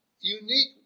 unique